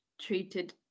treated